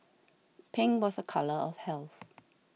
pink was a colour of health